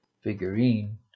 figurine